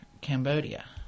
cambodia